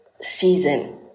season